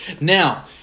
Now